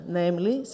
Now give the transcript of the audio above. namely